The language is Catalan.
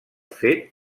fet